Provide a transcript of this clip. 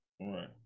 right